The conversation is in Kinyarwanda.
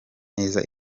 neza